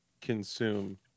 consume